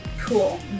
Cool